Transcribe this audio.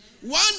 One